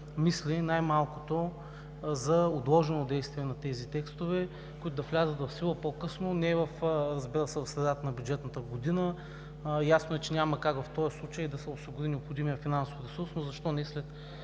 мисли най-малкото за отложено действие на тези текстове, които да влязат в сила по-късно – не, разбира се, в средата на бюджетната година, ясно е, че няма как в този случай да се осигури необходимият финансов ресурс, но защо не след